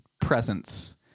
presence